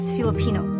Filipino